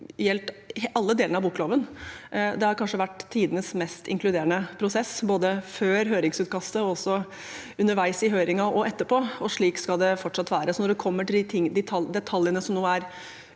alle delene av bokloven. Det har vært kanskje tidenes mest inkluderende prosess, både før høringsutkastet, underveis i høringen og etterpå. Slik skal det også fortsatt være. Når det gjelder de detaljene som nå er